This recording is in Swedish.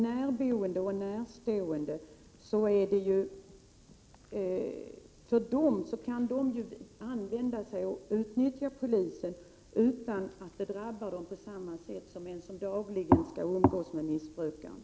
Närboende och närstående kan ju utnyttja polisen utan att det drabbar dem på samma sätt som den som dagligen skall umgås med missbrukaren.